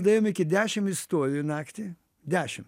daėjom iki dešim istorijų naktį dešim